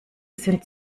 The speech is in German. sind